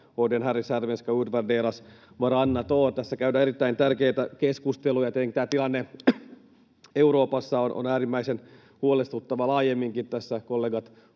Tässä käydään erittäin tärkeitä keskusteluja. Etenkin tilanne Euroopassa on äärimmäisen huolestuttava laajemminkin.